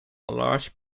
large